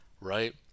right